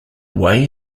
way